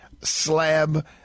slab